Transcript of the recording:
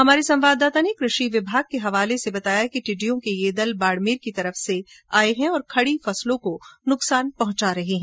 हमारे संवाददाता ने कृषि विभाग के हवाले से बताया कि टिड्डियों के ये दल बाड़मेर की तरफ से आए हैं और खड़ी फसलों को नुकसान पहुंचा रहे हैं